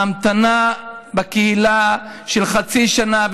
ההמתנה בקהילה של חצי שנה,